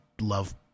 love